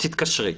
תתקשרי.